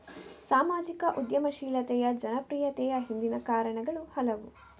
ಸಾಮಾಜಿಕ ಉದ್ಯಮಶೀಲತೆಯ ಜನಪ್ರಿಯತೆಯ ಹಿಂದಿನ ಕಾರಣಗಳು ಹಲವು